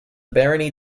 barony